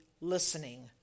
listening